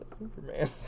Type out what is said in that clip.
Superman